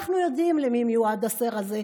אנחנו יודעים למי מיועד השר זה.